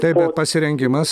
taip bet pasirengimas